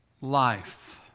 life